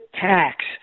tax